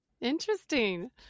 interesting